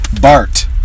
Bart